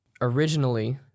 originally